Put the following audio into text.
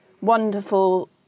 wonderful